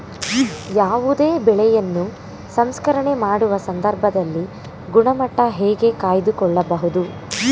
ಯಾವುದೇ ಬೆಳೆಯನ್ನು ಸಂಸ್ಕರಣೆ ಮಾಡುವ ಸಂದರ್ಭದಲ್ಲಿ ಗುಣಮಟ್ಟ ಹೇಗೆ ಕಾಯ್ದು ಕೊಳ್ಳಬಹುದು?